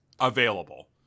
available